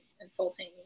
insulting